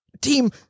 team